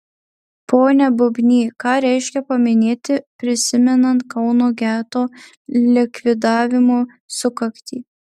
pone bubny ką reikia paminėti prisimenant kauno geto likvidavimo sukaktį